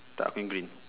tak aku nya green